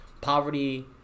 Poverty